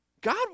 god